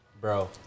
Bro